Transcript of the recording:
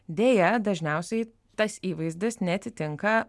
deja dažniausiai tas įvaizdis neatitinka